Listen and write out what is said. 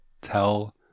tell